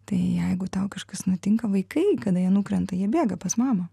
tai jeigu tau kažkas nutinka vaikai kada jie nukrenta jie bėga pas mamą